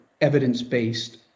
evidence-based